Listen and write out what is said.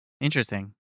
Interesting